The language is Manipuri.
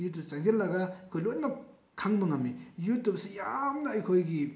ꯌꯨꯇꯨꯞ ꯆꯪꯁꯤꯜꯂꯒ ꯑꯩꯈꯣꯏ ꯂꯣꯏꯅꯃꯛ ꯈꯪꯕ ꯉꯝꯏ ꯌꯨꯇꯨꯞꯁꯤ ꯌꯥꯝꯅ ꯑꯩꯈꯣꯏꯒꯤ